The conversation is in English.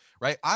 right